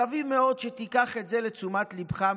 מקווים מאוד שתיקח את זה לתשומת ליבך.